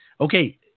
Okay